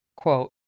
quote